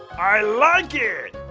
i like it!